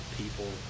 people